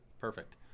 Perfect